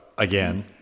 again